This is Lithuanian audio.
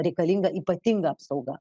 reikalinga ypatinga apsauga